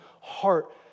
heart